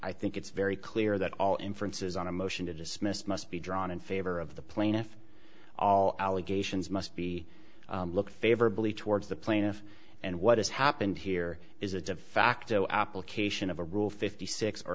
i think it's very clear that all inferences on a motion to dismiss must be drawn in favor of the plaintiff all allegations must be look favorably towards the plaintiff and what has happened here is a de facto application of a rule fifty six or